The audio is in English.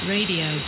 Radio